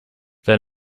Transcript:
they